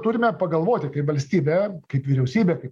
turime pagalvoti kaip valstybė kaip vyriausybė kaip